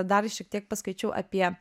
dar šiek tiek paskaičiau apie